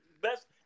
best